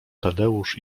tadeusz